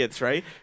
right